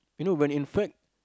you know when in fact